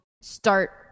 start